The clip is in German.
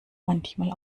manchmal